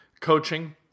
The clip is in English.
coaching